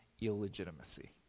illegitimacy